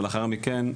ולאחר מכן,